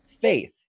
faith